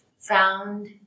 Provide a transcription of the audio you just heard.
found